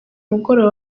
mugoroba